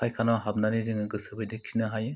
फायखानायाव हाबनानै जोङो गोसोबायदि खिनो हायो